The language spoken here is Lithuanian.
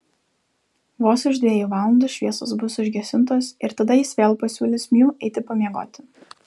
vos už dviejų valandų šviesos bus užgesintos ir tada jis vėl pasiūlys miu eiti pamiegoti